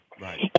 Right